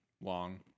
long